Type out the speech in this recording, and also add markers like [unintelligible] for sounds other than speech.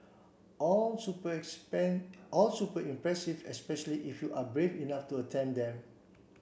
all super [unintelligible] all super impressive especially if you are brave enough to attempt them